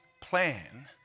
plan